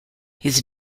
his